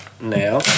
Now